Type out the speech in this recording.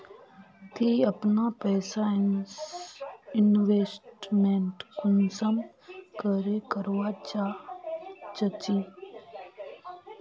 ती अपना पैसा इन्वेस्टमेंट कुंसम करे करवा चाँ चची?